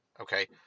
Okay